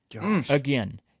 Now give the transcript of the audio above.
Again